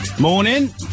Morning